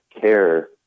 CARE